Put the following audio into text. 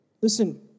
Listen